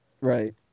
Right